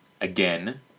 again